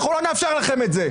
לא נאפשר לכם את זה.